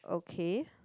okay